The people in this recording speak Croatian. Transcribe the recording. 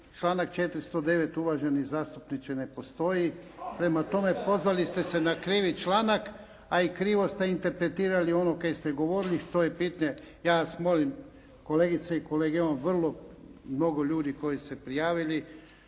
Članak 409. uvaženi zastupniče ne postoji. Prema tome, pozvali ste se na krivi članak, a i krivo ste interpretirali ono kaj ste govorili što je bitnije. Ja vas molim kolegice i kolege, imamo vrlo mnogo ljudi koji su se prijavili.